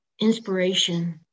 inspiration